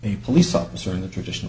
a police officer in the traditional